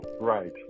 Right